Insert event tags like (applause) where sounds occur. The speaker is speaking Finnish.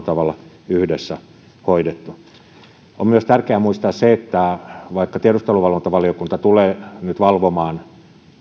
(unintelligible) tavalla yhdessä hoidettu on myös tärkeää muistaa se että vaikka tiedusteluvalvontavaliokunta tulee nyt valvomaan